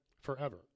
forever